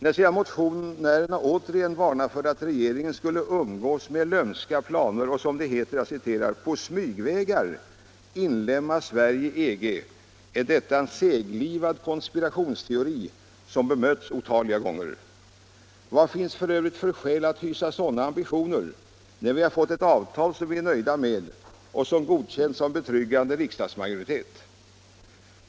När sedan motionärerna återigen varnar för att regeringen skulle umgås med lömska planer på att, som det heter, ”på smygvägar” inlemma Sverige i EG, är detta en seglivad konspirationsteori, som bemötts otaliga gånger. Vad finns det f.ö. för skäl att hysa sådana ambitioner, när vi har fått ett avtal som vi är nöjda med och som godkänts av en betryggande riksdagsmajoritet?